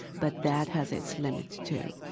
but that has its limits too.